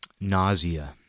nausea